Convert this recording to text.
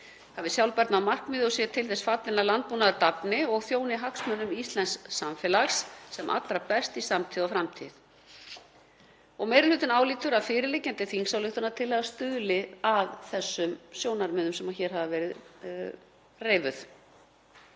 hafi sjálfbærni að markmiði og sé til þess fallin að landbúnaður dafni og þjóni hagsmunum íslensks samfélags sem allra best í samtíð og framtíð. Meiri hlutinn álítur að fyrirliggjandi þingsályktunartillaga stuðli að þessum sjónarmiðum sem hér hafa verið reifuð.